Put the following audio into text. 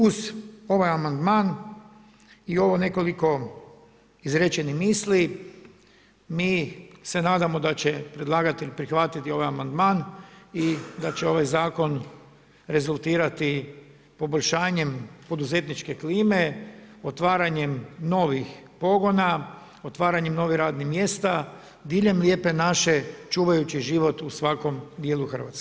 Uz ovaj amandman i ovo nekoliko izrečenih misli, mi se nadamo, da će predlagatelj prihvatiti ovaj amandman i da će ovaj zakon rezultirati poboljšanjem poduzetničke klime, otvaranjem novih pogona, otvaranjem novih radnih mjesta, diljem lijepe naše, čuvajući život u svakom dijelu Hrvatske.